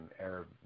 Arab